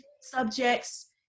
subjects